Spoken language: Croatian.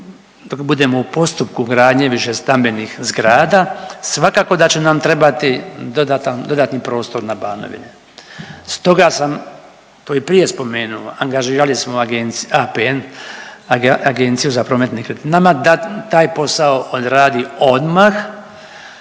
dok budemo u postupku gradnje višestambenih zgrada, svakako da će nam trebati dodatan prostor na Banovini. Stoga sam to i prije spomenuli, angažirali smo .../nerazumljivo/... APN, Agenciju za promet nekretninama, da taj posao odradi odmah